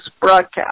broadcast